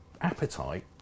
appetite